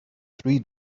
three